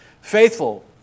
Faithful